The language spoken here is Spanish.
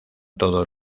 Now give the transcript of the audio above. todos